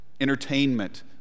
entertainment